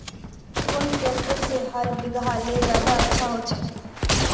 कुन ट्रैक्टर से हाल बिगहा ले ज्यादा अच्छा होचए?